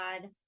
god